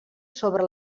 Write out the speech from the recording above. sobre